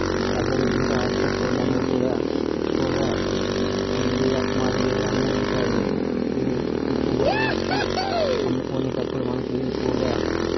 అదే విధంగా అల్సర్ కోళ్ళు అనేవి కూడా ఎక్కువగా పుంజుల మాదిరిగానే ఉంటాయి ఇవి ఎక్కువ బరువు వచ్చి అమ్ముకునేటప్పుడు మనకి ఎక్కువగా